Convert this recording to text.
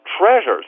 treasures